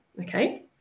okay